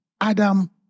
Adam